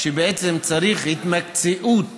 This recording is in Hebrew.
שבעצם צריך התמקצעות